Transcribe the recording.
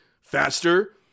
faster